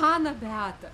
ana beata